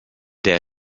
der